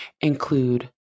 include